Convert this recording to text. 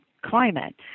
climate